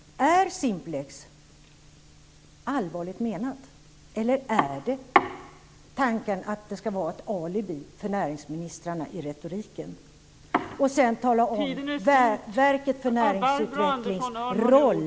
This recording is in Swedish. Är Simplex allvarligt menat, eller är tanken att det ska vara ett alibi för näringsministrarna i retoriken? Tala om verkets för näringslivsutveckling roll.